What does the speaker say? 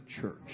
church